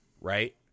Right